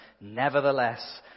nevertheless